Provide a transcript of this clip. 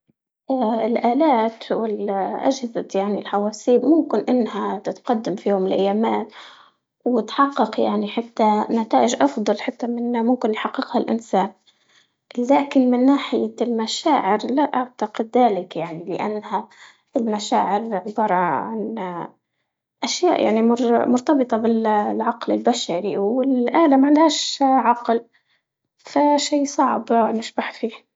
الآلات وال- أجهزة يعني الحواسيب ممكن إنها تتقدم في يوم من الأيامات وتحقق يعني حتى نتائج أفضل حتى من ممكن يحققها الإنسان، لكن من ناحية المشاعر لا أعتقد دلك يعني لأنها المشاعر عبارة عن أشياء يعني مرج- مرتبطة بالعقل البشري والآلة معندهاش عقل، فشي صعب نشرح فيه.